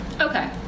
Okay